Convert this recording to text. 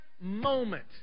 moment